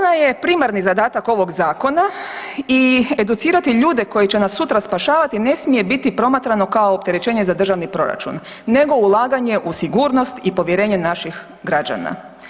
Ona je primarni zadatak ovog zakona i educirati ljude koji će nas sutra spašavati ne smije biti promatrano kao opterećenje za državni proračun, nego ulaganje u sigurnost i povjerenje naših građana.